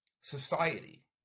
society